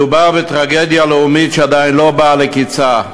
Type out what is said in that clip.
מדובר בטרגדיה לאומית שעדיין לא באה לקצה.